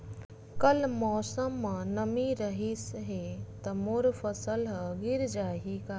कल मौसम म नमी रहिस हे त मोर फसल ह गिर जाही का?